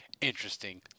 interesting